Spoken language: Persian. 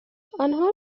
آنها